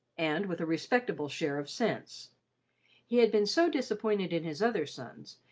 and with a respectable share of sense he had been so disappointed in his other sons,